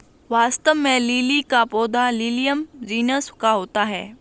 वास्तव में लिली का पौधा लिलियम जिनस का होता है